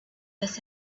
was